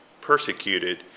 persecuted